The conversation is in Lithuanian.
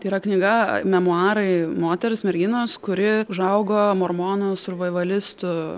tai yra knyga memuarai moters merginos kuri užaugo mormonų survaivalistų